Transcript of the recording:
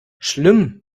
schlimm